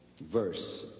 verse